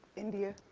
india.